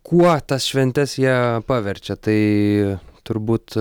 kuo tas šventes jie paverčia tai turbūt